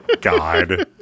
God